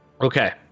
Okay